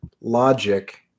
logic